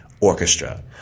Orchestra